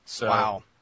Wow